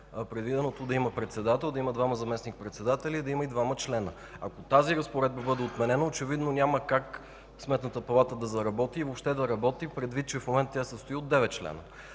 предвиденото да има председател, двама заместник-председатели и двама членове. Ако тази разпоредба бъде отменена, очевидно няма как Сметната палата да заработи и въобще да работи, предвид че в момента тя се състои от девет членове.